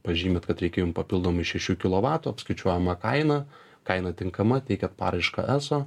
pažymit kad reikia jum papildomai šešių kilovatų apskaičiuojama kaina kaina tinkama teikiat paraišką eso